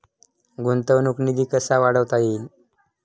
गुंतवणूक निधी कसा वाढवता येईल?